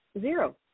zero